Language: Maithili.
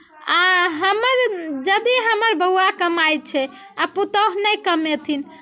आ हमर यदि हमर बौआ कमाइत छै आ पुतहु नहि कमेथिन